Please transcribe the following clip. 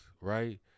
right